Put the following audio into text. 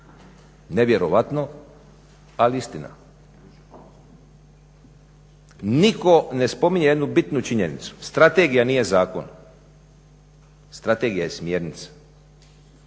Nevjerojatno ali istina. Nitko ne spominje jednu bitnu činjenicu, strategija nije zakon, strategija je smjernica.